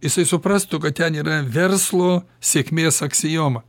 jisai suprastų kad ten yra verslo sėkmės aksioma